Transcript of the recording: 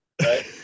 right